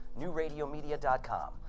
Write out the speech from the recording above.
NewRadioMedia.com